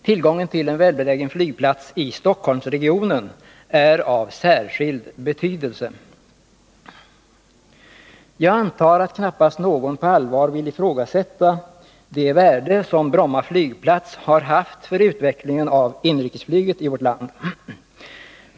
Tillgången till en sådan i Stockholmsregionen är av särskild betydelse. Jag antar att knappast någon på allvar vill ifrågasätta det värde som Bromma flygplats har haft för utvecklingen av inrikesflyget i vårt land.